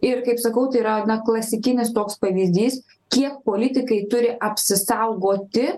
ir kaip sakau tai yra klasikinis toks pavyzdys kiek politikai turi apsisaugoti